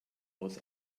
aus